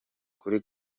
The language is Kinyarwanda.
kuri